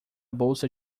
bolsa